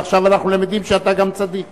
ועכשיו אנחנו למדים שאתה גם צדיק.